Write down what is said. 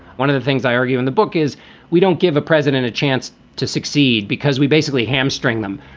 one of the things i argue in the book is we don't give a president a chance to succeed because we basically hamstring them.